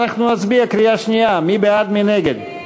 שעוסקת בכך שמעסיק של עובד זר שהוא מסתנן יפקיד